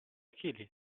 chili